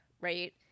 right